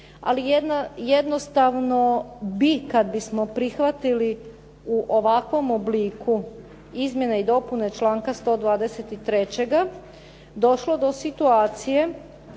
ali jednostavno bi kada bismo prihvatili u ovakvom obliku izmjene i dopune članka 123. došlo do situacije